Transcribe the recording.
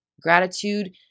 Gratitude